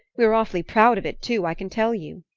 we were awfully proud of it too, i can tell you.